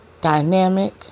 dynamic